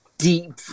Deep